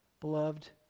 beloved